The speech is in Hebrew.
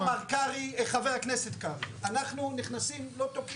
חבר הכנסת קרעי, לא תוקעים.